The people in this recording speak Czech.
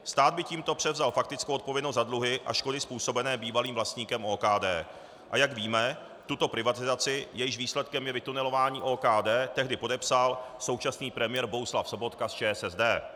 Stát by tímto převzal faktickou odpovědnost za dluhy a škody způsobené bývalým vlastníkem OKD, a jak víme, tuto privatizaci, jejímž výsledkem je vytunelování OKD, tehdy podepsal současný premiér Bohuslav Sobotka z ČSSD.